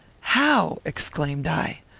how? exclaimed i.